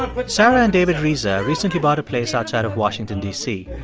ah but sarah and david reza recently bought a place outside of washington, d c.